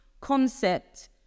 concept